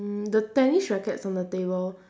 mm the tennis rackets on from the table